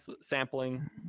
sampling